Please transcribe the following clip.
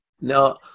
no